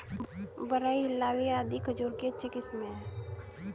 बरही, हिल्लावी आदि खजूर की अच्छी किस्मे हैं